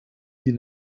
sie